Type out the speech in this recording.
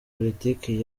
politiki